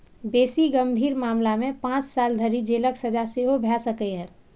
बेसी गंभीर मामला मे पांच साल धरि जेलक सजा सेहो भए सकैए